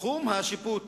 תחום השיפוט